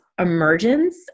emergence